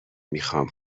میخوام